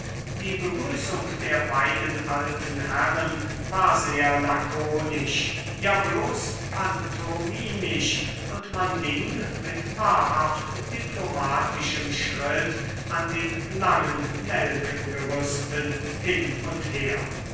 die begrüßung der beiden alten herren war sehr lakonisch ja bloß pantomimisch und man ging mit wahrhaft diplomatischem schritt an den langen nelkengerüsten hin und her